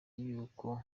yuko